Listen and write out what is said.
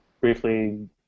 briefly